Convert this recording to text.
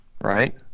Right